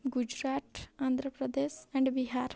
Gujarat Andhra Pradesh and Bihar